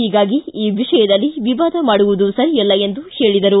ಹೀಗಾಗಿ ಈ ವಿಷಯದಲ್ಲಿ ವಿವಾದ ಮಾಡುವುದು ಸರಿಯಲ್ಲ ಎಂದು ಹೇಳಿದರು